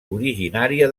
originària